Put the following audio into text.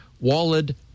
Walid